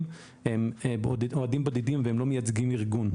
הם אוהדים בודדים והם לא מייצגים ארגון,